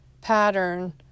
pattern